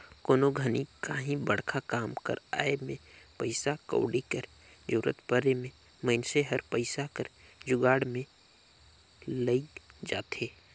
कोनो घनी काहीं बड़खा काम कर आए में पइसा कउड़ी कर जरूरत परे में मइनसे हर पइसा कर जुगाड़ में लइग जाथे